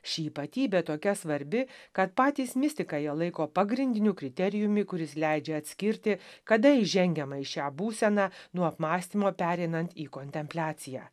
ši ypatybė tokia svarbi kad patys mistikai ją laiko pagrindiniu kriterijumi kuris leidžia atskirti kada įžengiama į šią būseną nuo apmąstymo pereinant į kontempliaciją